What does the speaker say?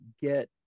get